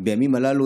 בימים הללו,